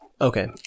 Okay